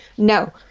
No